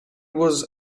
was